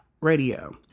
radio